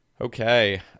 Okay